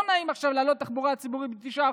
לא נעים עכשיו להעלות את מחירי התחבורה הציבורית ב-9%,